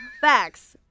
Facts